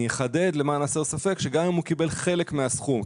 אני אחדד למען הסר ספק שגם אם הוא קיבל חלק מהסכום,